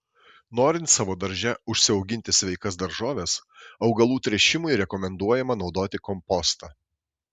norint savo darže užsiauginti sveikas daržoves augalų tręšimui rekomenduojama naudoti kompostą